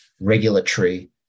regulatory